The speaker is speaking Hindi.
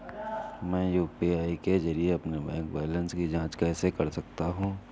मैं यू.पी.आई के जरिए अपने बैंक बैलेंस की जाँच कैसे कर सकता हूँ?